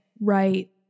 Right